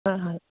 হয় হয়